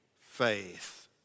faith